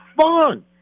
fun